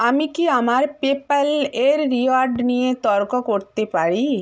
আমি কি আমার পেপ্যাল এর রিওয়ার্ড নিয়ে তর্ক করতে পারি